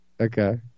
Okay